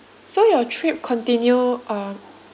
so your trip continue um